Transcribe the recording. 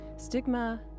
Stigma